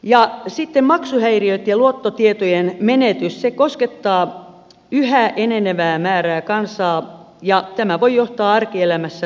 ja sitten maksuhäiriöt ja luottotietojen menetys koskettavat yhä enenevää määrää kansaa ja tämä voi johtaa arkielämässä suuriin vaikeuksiin